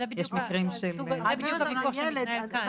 זה בדיוק הוויכוח שמתנהל כאן.